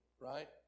right